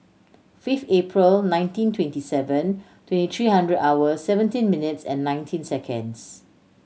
fifth April nineteen twenty seven twenty three hundred hours seventeen minutes and nineteen seconds